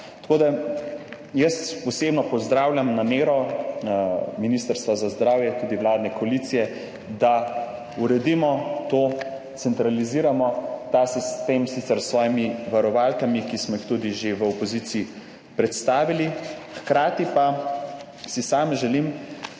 Tako da, jaz osebno pozdravljam namero Ministrstva za zdravje, tudi vladne koalicije, da uredimo to, centraliziramo ta sistem sicer s svojimi varovalkami, ki smo jih tudi že v opoziciji predstavili, hkrati pa si sam želim,